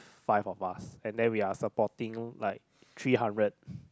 five of us and then we are supporting like three hundred